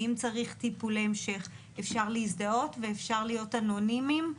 ואם צריך טיפולי המשך אפשר להזדהות ואפשר להיות אנונימיים.